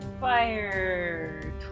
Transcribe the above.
Fire